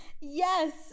yes